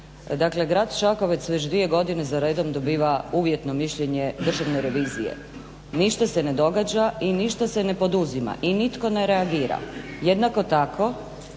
Dakle grad Čakovec već dvije godine za redom dobiva uvjetno mišljenje Državne revizije, ništa se ne događa i ništa se ne poduzima i nitko ne reagira. Jednako tako,